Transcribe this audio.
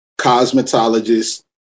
cosmetologist